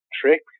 trick